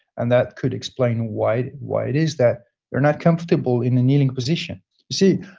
and that could explain why why it is that they're not comfortable in a kneeling position you see,